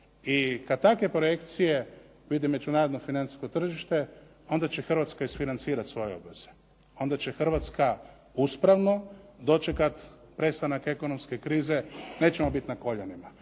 i kad takve projekcije vidi međunarodno financijsko tržište onda će Hrvatska isfinancirati svoje obveze, onda će Hrvatska uspravno dočekati prestanak ekonomske krize, nećemo biti na koljenima.